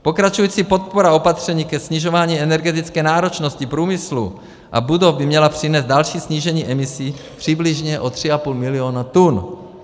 Pokračující podpora opatření ke snižování energetické náročnosti průmyslu a budov by měla přinést další snížení emisí přibližně o 3,5 mil. tun.